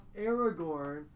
Aragorn